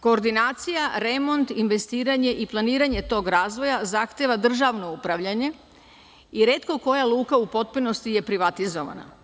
Koordinacija, remont, investiranje i planiranje tog razvoja zahteva državno upravljanje i retko koja luka u potpunosti je privatizovana.